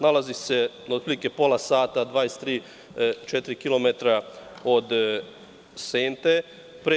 Nalazi se na otprilike pola sata, 23-24 kilometara od Sente.